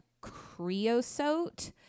creosote